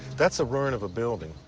that's a ruin of a building.